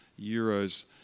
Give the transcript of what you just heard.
euros